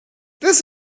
this